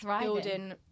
building